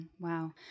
Wow